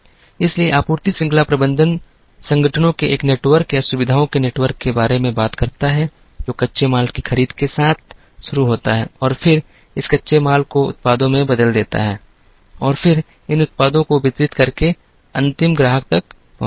इसलिए आपूर्ति श्रृंखला प्रबंधन संगठनों के एक नेटवर्क या सुविधाओं के नेटवर्क के बारे में बात करता है जो कच्चे माल की खरीद के साथ शुरू होता है और फिर इस कच्चे माल को उत्पादों में बदल देता है और फिर इन उत्पादों को वितरित करके अंतिम ग्राहक तक पहुंचता है